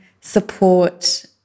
support